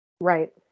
Right